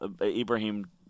Ibrahim